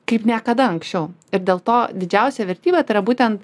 kaip niekada anksčiau ir dėl to didžiausia vertybė tai yra būtent